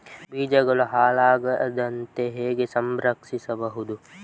ಬೀಜಗಳು ಹಾಳಾಗದಂತೆ ಹೇಗೆ ಸಂರಕ್ಷಿಸಬಹುದು?